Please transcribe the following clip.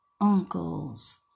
uncles